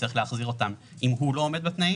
צריך להחזיר אותן אם הוא לא עומד בתנאים.